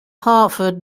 hartford